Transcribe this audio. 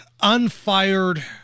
unfired